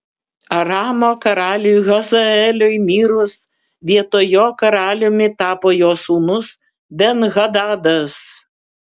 aramo karaliui hazaeliui mirus vietoj jo karaliumi tapo jo sūnus ben hadadas